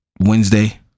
Wednesday